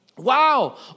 Wow